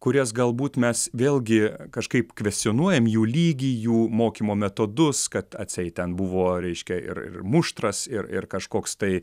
kurias galbūt mes vėlgi kažkaip kvestionuojam jų lygį jų mokymo metodus kad atseit ten buvo reiškia ir ir muštras ir ir kažkoks tai